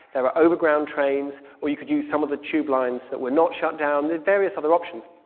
there are over-ground trains, or you could use some of the tube lines that were not shut down there are various other options.